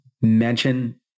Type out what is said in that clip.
mention